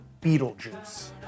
Beetlejuice